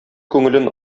күңелен